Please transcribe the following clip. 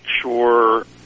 sure